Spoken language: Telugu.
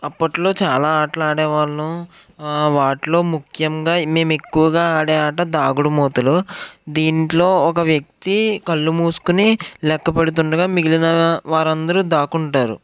అప్పట్లో చాలా ఆటలు ఆడేవాళ్ళం వాటిలో ముఖ్యంగా మేమెక్కువగా ఆడే ఆట దాగుడుమూతలు దీంట్లో ఒక వ్యక్తి కళ్ళు మూసుకుని లెక్కపడుతుండగా మిగిలిన వారందరూ దాక్కుంటారు